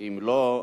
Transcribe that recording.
אם לא,